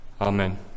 Amen